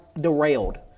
derailed